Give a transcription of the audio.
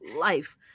life